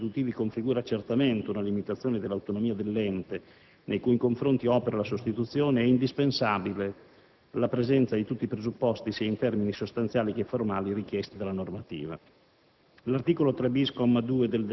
Poiché l'esercizio dei poteri sostitutivi configura certamente una limitazione dell'autonomia dell'ente nei cui confronti opera la sostituzione, è indispensabile la presenza di tutti i presupposti, sia in termini sostanziali che formali, richiesti dalla normativa.